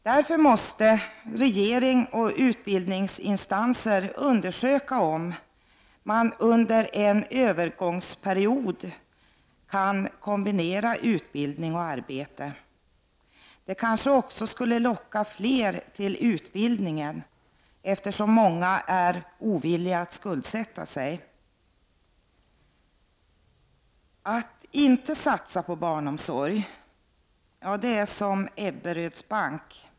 Därför måste regeringen och utbildningsinstanser undersöka om man under en övergångsperiod skulle kunna kombinera utbildning och arbete. Det kanske också skulle locka fler till utbildningen, eftersom många är ovilliga att skuldsätta sig. Att inte satsa på barnomsorg är detsamma som ett Ebberöds bank.